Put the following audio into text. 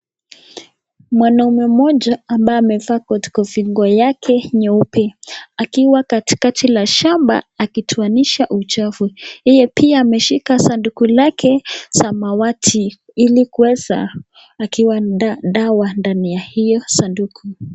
Mwanaume mmoja ambaye amevaa koti kofingo yake nyeupe akiwa katikati la shamba akitoaniasha uchafu yeye pia ameshika sanduku lake za samawati ili kuweza akiwa na dawa ndani ya hiyo sanduku